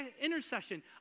intercession